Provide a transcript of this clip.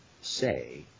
say